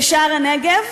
בשער-הנגב,